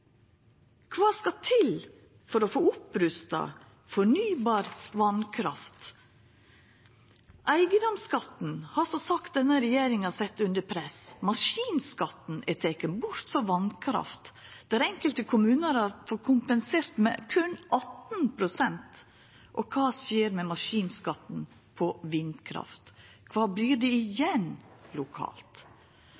skal til for å få rusta opp fornybar vasskraft? Eigedomsskatten har som sagt denne regjeringa sett under press. Maskinskatten er teken bort frå vasskraft, der enkelte kommunar har fått kompensert med berre 18 pst. Kva skjer med maskinskatten på vindkraft?